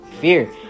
Fear